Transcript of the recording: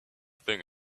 thing